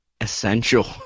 Essential